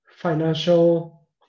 financial